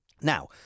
Now